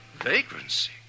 Vagrancy